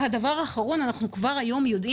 אנחנו מדברים על שינויים